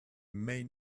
main